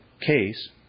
case